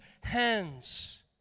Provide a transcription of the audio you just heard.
hands